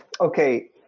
okay